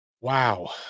Wow